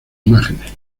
imágenes